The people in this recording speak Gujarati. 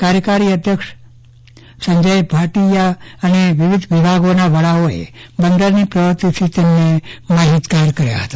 કાર્યકારી અધ્યક્ષ સંજય ભાટીયાએ વિવિધ વિભાગીના વડાઓને બંદરની પરિસ્થિતિ થી તેમને માહિતગાર કાર્ય હતા